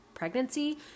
Pregnancy